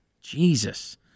Jesus